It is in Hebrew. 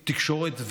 תקשורת,